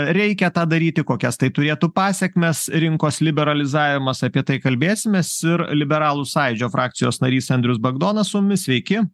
reikia tą daryti kokias tai turėtų pasekmes rinkos liberalizavimas apie tai kalbėsimės ir liberalų sąjūdžio frakcijos narys andrius bagdonas su mumis sveiki